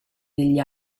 degli